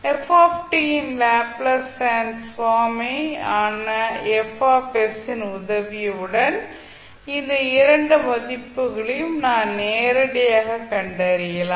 f இன் Laplace transform ஆன F இன் உதவியுடன் இந்த இரண்டு மதிப்புகளையும் நாம் நேரடியாக கண்டறியலாம்